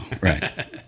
Right